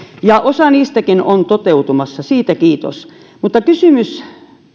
osa niidenkin aiheista on toteutumassa siitä kiitos kysymys